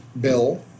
bill